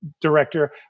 director